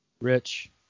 Rich